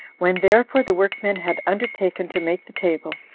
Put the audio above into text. when therefore the workmen had undertaken to make the table,